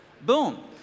Boom